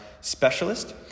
specialist